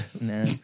No